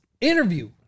interview